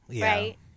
Right